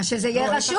אז שזה יהיה רשום.